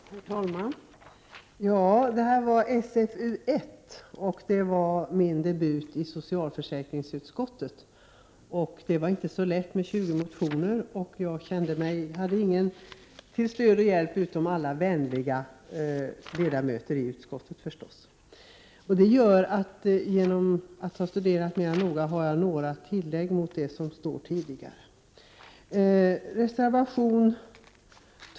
Herr talman! Arbetet med socialförsäkringsutskottets betänkande nr 1 var min debut i socialförsäkringsutskottet. Det var inte lätt — 20 motioner behandlades, och jag hade ingen till stöd och hjälp utom alla vänliga ledamöter i utskottet, förstås. Det gör att jag efter att ha studerat ärendet noga vill göra några tillägg till det som står i betänkandet.